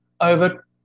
over